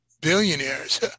billionaires